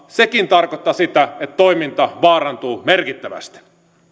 sekin tarkoittaa sitä että toiminta vaarantuu merkittävästi